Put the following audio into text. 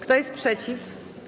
Kto jest przeciw?